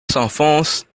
s’enfonce